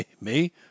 Me